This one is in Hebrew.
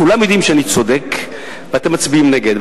כולם יודעים שאני צודק ואתם מצביעים נגד.